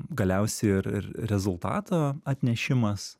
galiausiai ir ir rezultato atnešimas